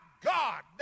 God